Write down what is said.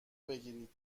بگیرید